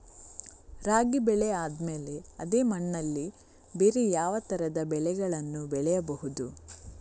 ರಾಗಿ ಬೆಳೆ ಆದ್ಮೇಲೆ ಅದೇ ಮಣ್ಣಲ್ಲಿ ಬೇರೆ ಯಾವ ತರದ ಬೆಳೆಗಳನ್ನು ಬೆಳೆಯಬಹುದು?